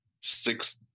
six